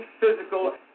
physical